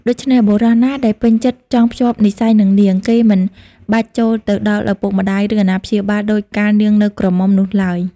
ដូច្នេះ បុរសណាដែលពេញចិត្តចង់ភ្ជាប់និស្ស័យនឹងនាង គេមិនបាច់ចូលទៅដល់ឪពុកម្ដាយ ឬអាណាព្យាបាលដូចកាលនាងនៅក្រមុំនោះឡើយ ។